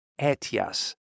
ETIAS